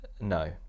No